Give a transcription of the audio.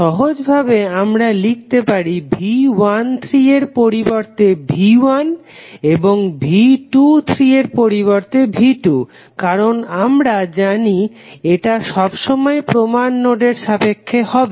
সহজভাবে আমরা লিখতে পারি V13 এর পরিবর্তে V1 এবং V23 এর পরিবর্তে V2 কারণ আমরা জানি এটা সবসময়েই প্রমান নোডের সাপেক্ষে হবে